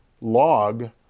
log